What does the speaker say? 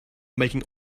making